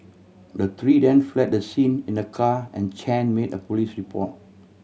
the three then fled the scene in a car and Chen made a police report